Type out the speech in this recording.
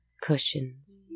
cushions